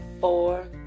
Four